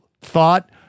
thought